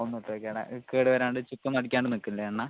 ഒന്നും ഇട്ടുവെയ്കാതെ കേട് വരാണ്ട് ചുക്കൊന്നും അടിക്കാനൊന്നും നിക്കില്ലേ എണ്ണ